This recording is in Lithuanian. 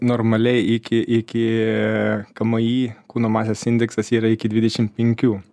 normaliai iki iki kmi kūno masės indeksas yra iki dvidešim penkių